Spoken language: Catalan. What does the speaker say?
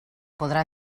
podrà